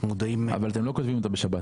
אבל אתם לא כותבים אותה בשבת.